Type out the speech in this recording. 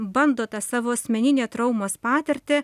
bando tą savo asmeninę traumos patirtį